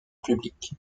public